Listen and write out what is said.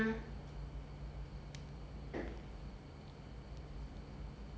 ye~ yes it will disturb me but less likely to